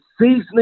seasoning